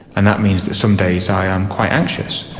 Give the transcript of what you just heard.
and that means that some days i am quite anxious,